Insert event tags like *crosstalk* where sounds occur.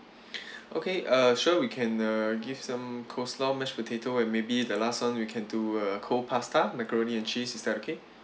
*breath* okay uh sure we can uh give some coleslaw mashed potato and maybe the last one we can do uh cold pasta macaroni and cheese is that okay